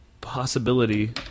possibility